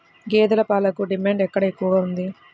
గేదె పాలకు డిమాండ్ ఎక్కడ ఎక్కువగా ఉంది?